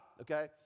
okay